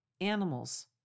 animals